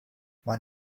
when